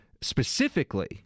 specifically